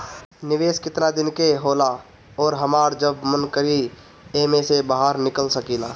निवेस केतना दिन के होला अउर हमार जब मन करि एमे से बहार निकल सकिला?